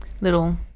little